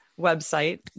website